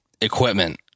Equipment